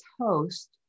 host